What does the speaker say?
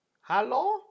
Hello